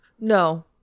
No